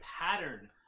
pattern